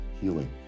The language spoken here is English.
healing